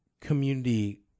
community